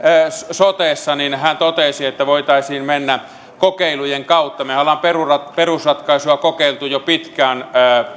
sotesta hän totesi että voitaisiin mennä kokeilujen kautta mehän olemme perusratkaisua kokeilleet jo pitkään